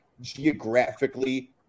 geographically